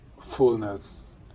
fullness